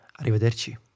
Arrivederci